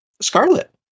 Scarlet